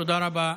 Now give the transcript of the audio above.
בבקשה.